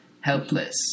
Helpless